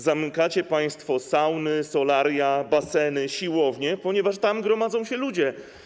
Zamykacie państwo sauny, solaria, baseny, siłownie, ponieważ tam gromadzą się ludzie.